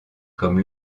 comme